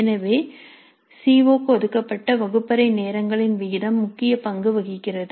எனவே C O க்கு ஒதுக்கப்பட்ட வகுப்பறை நேரங்களின் விகிதம் முக்கிய பங்கு வகிக்கிறது